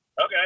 okay